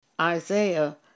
Isaiah